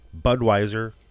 Budweiser-